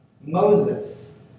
Moses